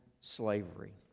slavery